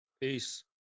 peace